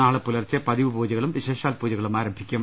നാളെ പുലർച്ചെ പതിവു പൂജകളും വിശേഷാൽ പൂജകളും ആരംഭി ക്കും